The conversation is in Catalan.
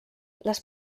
les